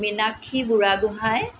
Minakshi Buragohain